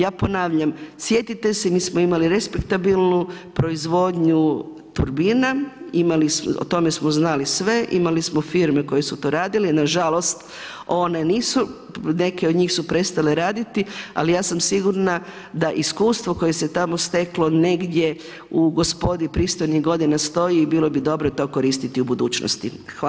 Ja ponavljam, sjetite se mi smo imali respektabilnu proizvodnju turbina o tome smo znali sve, imali smo firme koje su to radile, nažalost one nisu neke od njih su prestale raditi, ali ja sam sigurna da iskustvo koje se tamo steklo negdje u gospodi pristojnih godina stoji i bilo bi dobro to koristiti u budućnosti.